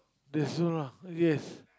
that's all lah yes